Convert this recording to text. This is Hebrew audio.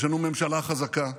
יש לנו ממשלה חזקה,